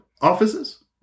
offices